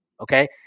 Okay